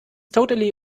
totally